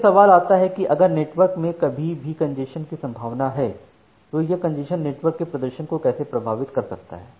अब यह सवाल आता है कि अगर नेटवर्क में अभी भी कंजेशन की संभावना है तो यह कंजेशन नेटवर्क के प्रदर्शन को कैसे प्रभावित कर सकता है